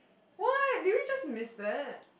what did we just miss that